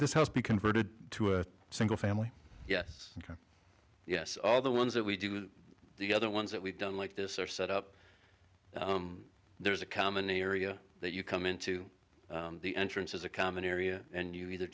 this house be converted to a single family yes yes all the ones that we do the other ones that we've done like this are set up there's a common area that you come in to the entrance is a common area and you either